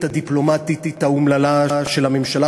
הדיפלומטית האומללה של הממשלה,